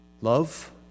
love